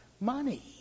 money